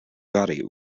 gotti